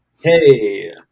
hey